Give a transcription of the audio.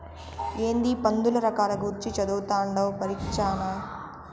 ఏందీ పందుల రకాల గూర్చి చదవతండావ్ పరీచ్చనా